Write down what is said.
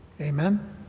amen